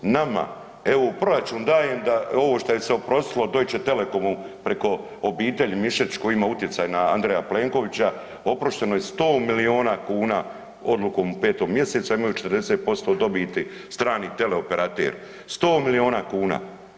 Nama EU proračun daje da ovo što je se oprostilo Deutsche telekomu preko obitelji Mišetić koja ima utjecaja na Andreja Plenkovića, oprošteno je 100 miliona kuna odlukom u 5. mjesecu, a imaju 40% dobiti strani teleoperater, 100 miliona kuna.